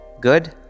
good